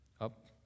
Up